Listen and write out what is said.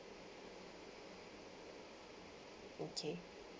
okay